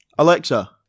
Alexa